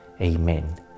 Amen